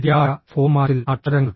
ശരിയായ ഫോർമാറ്റിൽ അക്ഷരങ്ങൾ